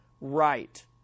right